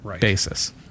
basis